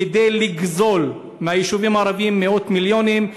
כדי לגזול מהיישובים הערביים מאות מיליונים,